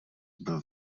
byl